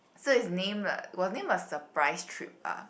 so it's named a was named a surprise trip lah